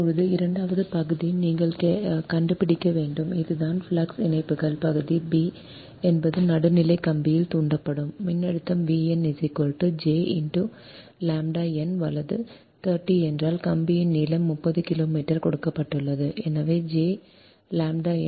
இப்போது இரண்டாவது பகுதி நீங்கள் கண்டுபிடிக்க வேண்டும் இதுதான் ஃப்ளக்ஸ் இணைப்புகள் பகுதி பி என்பது நடுநிலை கம்பியில் தூண்டப்படும் மின்னழுத்தம் Vn jΩ × ʎn வலது × 30 என்றால் கம்பியின் நீளம் 30 கிலோமீட்டர் கொடுக்கப்பட்டுள்ளது எனவே jΩ ʎn × 30